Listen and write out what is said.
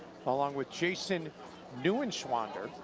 along with jason neuenschwander.